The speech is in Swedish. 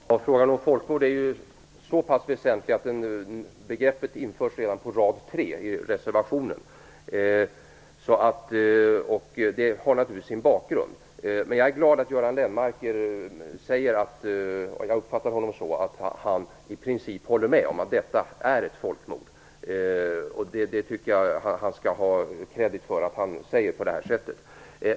Herr talman! Frågan om folkmord är så pass väsentlig att begreppet infördes redan på den tredje raden i reservationen. Det har naturligtvis sin bakgrund. Men jag är glad att Göran Lennmarker - jag uppfattar honom så - i princip håller med om att det är fråga om ett folkmord. Jag tycker att han bör ha ett erkännande för det.